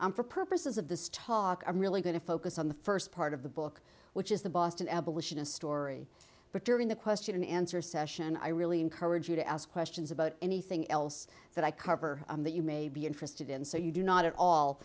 i'm for purposes of this talk i'm really going to focus on the first part of the book which is the boston abolitionist story but during the question and answer session i really encourage you to ask questions about anything else that i cover that you may be interested in so you do not at all